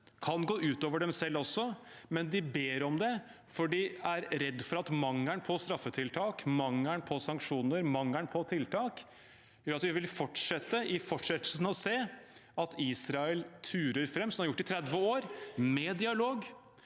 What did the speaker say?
kan gå ut over dem selv også, men de ber om det, for de er redde for at mangelen på straffetiltak, sanksjoner og tiltak gjør at vi vil fortsette å se Israel ture fram som de har